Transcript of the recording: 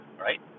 Right